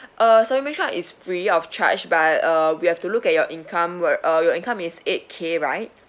uh supplementary card is free of charge but err we have to look at your income whe~ uh your income is eight K right